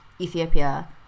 Ethiopia